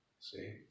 See